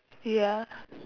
ya